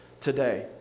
today